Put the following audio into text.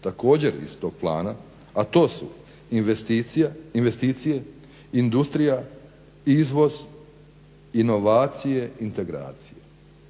također iz tog plana, a to su: investicije, industrija, izvoz, inovacije, integracije.